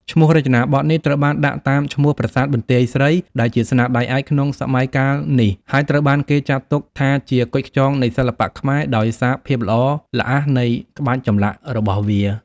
ឈ្មោះរចនាបថនេះត្រូវបានដាក់តាមឈ្មោះ ប្រាសាទបន្ទាយស្រី ដែលជាស្នាដៃឯកក្នុងសម័យកាលនេះ ហើយត្រូវបានគេចាត់ទុកថាជា "គុជខ្យងនៃសិល្បៈខ្មែរ" ដោយសារភាពល្អល្អះនៃក្បាច់ចម្លាក់របស់វា។